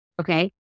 Okay